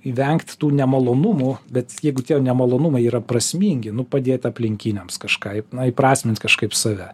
vengt tų nemalonumų bet jeigu tie nemalonumai yra prasmingi nu padėt aplinkiniams kažkaip įprasmint kažkaip save